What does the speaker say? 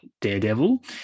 Daredevil